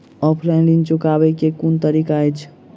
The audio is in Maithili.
ऑफलाइन ऋण चुकाबै केँ केँ कुन तरीका अछि?